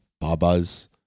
Baba's